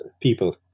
people